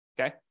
okay